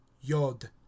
Yod